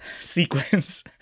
sequence